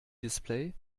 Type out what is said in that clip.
display